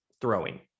throwing